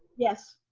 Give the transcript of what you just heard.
yes.